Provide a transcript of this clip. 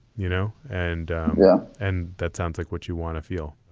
you know, and yeah, and that sounds like what you want to feel